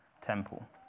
Temple